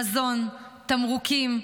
מזון, תמרוקים,